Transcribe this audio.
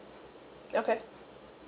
okay